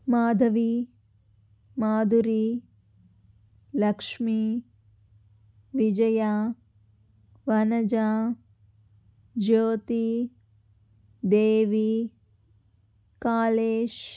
Madhavi Madhuri Lakshmi Vijaya Vanaja Jyoti Devi Kalesh